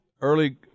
early